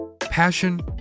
Passion